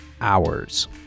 hours